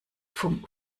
vom